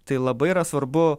tai labai yra svarbu